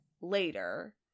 later